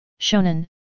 shonen